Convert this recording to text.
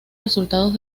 resultados